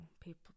people